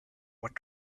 went